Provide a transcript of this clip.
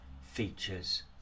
features